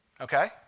Okay